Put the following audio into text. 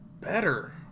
better